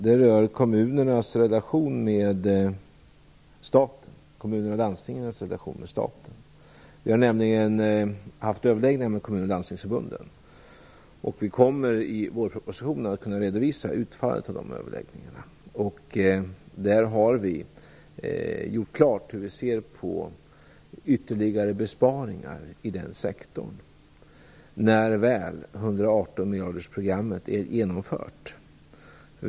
Det rör kommunernas relation med staten. Vi har nämligen haft överläggningar med Kommun och Landstingsförbunden, och vi kommer att kunna redovisa utfallet av de överläggningarna i vårpropositionen. Där har vi gjort klart hur vi ser på ytterligare besparingar i denna sektor när väl 118 miljardersprogrammet är genomfört.